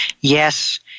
Yes